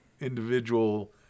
individual